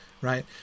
Right